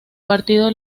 partido